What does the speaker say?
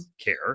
care